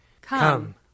Come